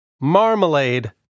marmalade